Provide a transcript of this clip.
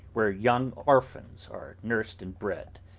where young orphans are nursed and bred.